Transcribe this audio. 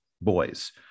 boys